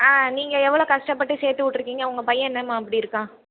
ஆ நீங்கள் எவ்வளோ கஷ்டப்பட்டு சேர்த்து விட்ருக்கீங்க உங்கள் பையன் என்னம்மா இப்படி இருக்கான்